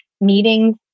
meetings